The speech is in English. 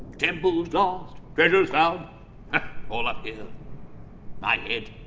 temples, lost. treasures, found. all up here my head.